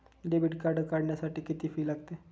Debit card काढण्यासाठी किती fee लागते?